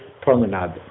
promenade